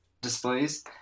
displays